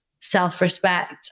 self-respect